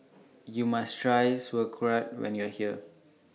YOU must Try Sauerkraut when YOU Are here